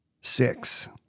six